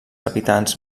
habitants